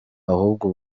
ahubwo